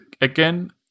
again